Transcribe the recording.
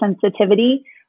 sensitivity